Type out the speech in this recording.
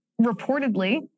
reportedly